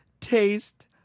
taste